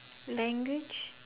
language